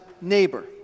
neighbor